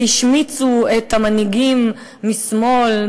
והשמיצו את המנהיגים משמאל,